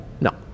No